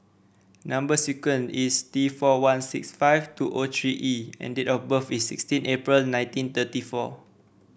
number sequence is T four one six five two O three E and date of birth is sixteen April nineteen thirty four